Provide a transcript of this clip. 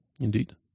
Indeed